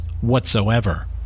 whatsoever